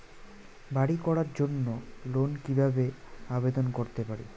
বাড়ি করার জন্য লোন কিভাবে আবেদন করতে পারি?